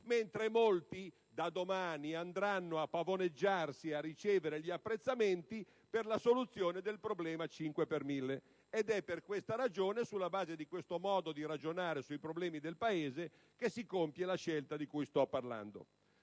mentre molti, da domani, andranno a pavoneggiarsi e a ricevere apprezzamenti per la soluzione del problema del 5 per mille. È sulla base di questo modo di ragionare sui problemi del Paese che si compie la scelta di cui sto parlando.